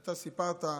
אתה סיפרת,